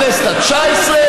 שיודיע שהוא,